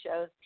shows